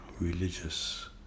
religious